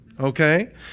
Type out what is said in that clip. Okay